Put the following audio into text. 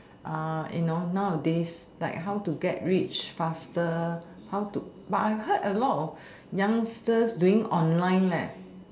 you know now a days like how to get rich faster how to but I heard a lot of youngsters doing online